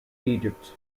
egypt